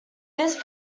this